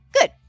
Good